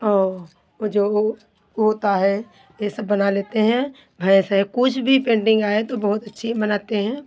और वो जो वो होता है ये सब बना लेते हैं भैंस है कुछ भी पेन्टिंग आए तो बहुत अच्छी हम बनाते हैं